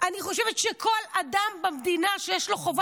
אני חושבת שכל אדם במדינה שיש לו חובה